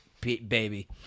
baby